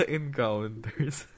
encounters